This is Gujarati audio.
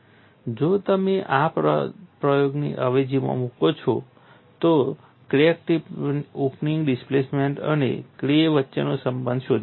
જો તમે આ પદપ્રયોગોની અવેજીમાં મૂકો તો તમે ક્રેક ટીપ ઓપનિંગ ડિસ્પ્લેસમેન્ટ અને K વચ્ચેનો સંબંધ શોધી શકો છો